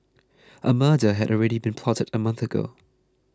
a murder had already been plotted a month ago